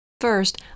First